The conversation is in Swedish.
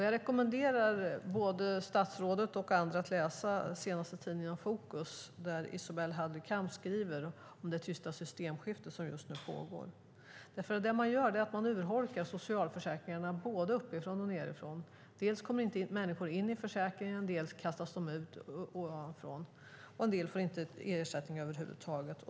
Jag rekommenderar både statsrådet och andra att läsa det senaste numret av Fokus där Isobel Hadley-Kamptz skriver om det tysta systemskifte som just nu pågår. Det man nu gör är att man urholkar socialförsäkringarna både uppifrån och nedifrån. Dels kommer människor inte in i försäkringen, dels kastas de ut ovanifrån. En del får inte ersättning över huvud taget.